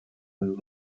and